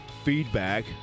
feedback